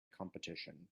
competition